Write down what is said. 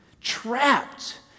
trapped